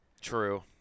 True